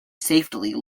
safely